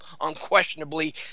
unquestionably